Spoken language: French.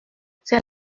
c’est